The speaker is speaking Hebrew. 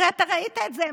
הרי אתה ראית את זה,